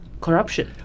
Corruption